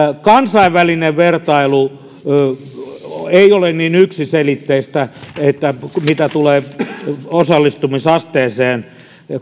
kansainvälinen vertailu ei ole niin yksiselitteistä mitä tulee varhaiskasvatuksen osallistumisasteeseen